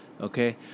Okay